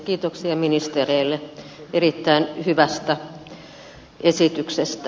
kiitoksia ministereille erittäin hyvästä esityksestä